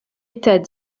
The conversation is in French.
état